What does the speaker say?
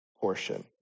portion